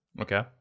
Okay